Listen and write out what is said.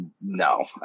no